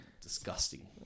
disgusting